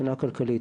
מבחינה כלכלית.